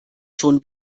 schon